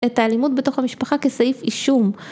את האלימות בתוך המשפחה כסעיף אישום